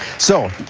so,